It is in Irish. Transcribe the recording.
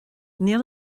níl